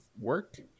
work